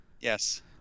Yes